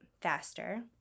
faster